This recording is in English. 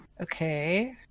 Okay